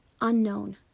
unknown